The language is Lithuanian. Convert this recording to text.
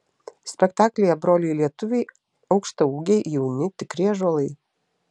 spektaklyje broliai lietuviai aukštaūgiai jauni tikri ąžuolai